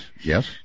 yes